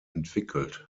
entwickelt